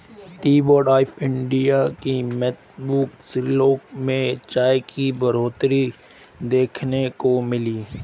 T board of India के मुताबिक़ श्रीलंका में चाय की बढ़ोतरी देखने को मिली है